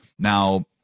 Now